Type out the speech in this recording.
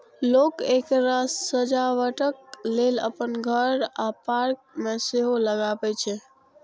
लोक एकरा सजावटक लेल अपन घर आ पार्क मे सेहो लगबै छै